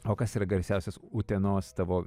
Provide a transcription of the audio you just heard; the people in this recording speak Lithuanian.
o kas yra garsiausias utenos tavo